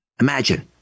Imagine